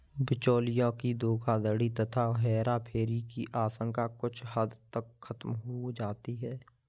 बिचौलियों की धोखाधड़ी तथा हेराफेरी की आशंका कुछ हद तक खत्म हो जाती है